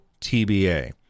TBA